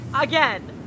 again